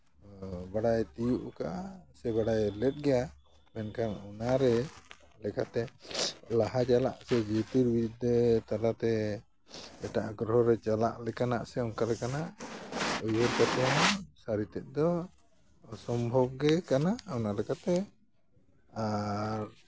ᱵᱟᱰᱟᱭ ᱛᱤᱭᱳᱜ ᱟᱠᱟᱫᱼᱟ ᱥᱮ ᱵᱟᱰᱟᱭ ᱞᱟᱹᱠ ᱜᱮᱭᱟ ᱢᱮᱱᱠᱷᱟᱱ ᱚᱱᱟ ᱨᱮ ᱞᱮᱠᱟᱛᱮ ᱞᱟᱦᱟ ᱪᱟᱞᱟᱜ ᱥᱮ ᱡᱩᱠᱛᱤ ᱵᱤᱨᱫᱟᱹ ᱛᱟᱞᱟᱛᱮ ᱮᱟᱴᱟᱜ ᱜᱨᱚᱦᱚ ᱨᱮ ᱪᱟᱞᱟᱜ ᱞᱮᱠᱟᱱᱟᱜ ᱥᱮ ᱚᱝᱠᱟ ᱞᱮᱠᱟᱱᱟᱜ ᱤᱭᱟᱹ ᱠᱚ ᱥᱟᱹᱨᱤᱛᱮᱫ ᱫᱚ ᱚᱥᱚᱢᱵᱷᱚᱵ ᱜᱮ ᱠᱟᱱᱟ ᱚᱱᱟ ᱞᱮᱠᱟᱛᱮ ᱟᱨ